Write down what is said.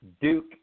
Duke